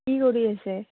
কি কৰি আছে